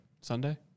Sunday